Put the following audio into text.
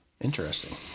Interesting